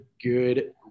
good